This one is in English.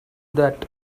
that